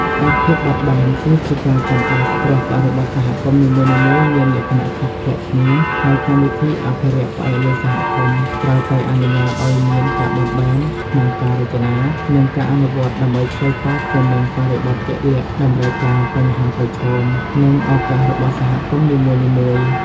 ឯភាពបត់បែន គឺជាការចាំបាច់ ព្រោះបរិបទសហគមន៍នីមួយៗមានលក្ខណៈខុសប្លែកគ្នា ហើយកម្មវិធីអភិរក្សផ្អែកលើសហគមន៍ ត្រូវតែអនុញ្ញាតឱ្យមាន ការបត់បែន ក្នុងការរចនា និងការអនុវត្ត ដើម្បីឆ្លើយតបទៅនឹងបរិបទជាក់លាក់ តម្រូវការ បញ្ហាប្រឈម និងឱកាសរបស់សហគមន៍នីមួយៗ។